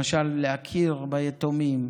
למשל להכיר ביתומים,